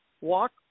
Walk